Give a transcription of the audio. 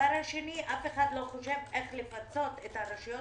ושנית, אף אחד לא חושב איך לפצות את הרשויות